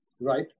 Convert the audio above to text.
Right